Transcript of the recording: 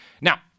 Now